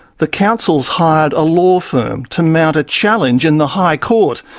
the council's hired a law firm to mount a challenge in the high court,